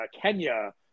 Kenya –